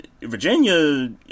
Virginia